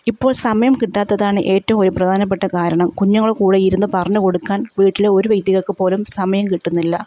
ഇപ്പോൾ സമയം കിട്ടാത്തതാണ് ഏറ്റവും ഒരു പ്രധാനപ്പെട്ട ഒരു കാരണം കുഞ്ഞുങ്ങളുടെ കൂടെ ഇരുന്ന് പറഞ്ഞ് കൊടുക്കാൻ വീട്ടിലെ ഒരു വ്യക്തികൾക്ക് പോലും സമയം കിട്ടുന്നില്ല